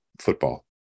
football